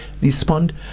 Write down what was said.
respond